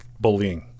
bullying